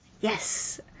Yes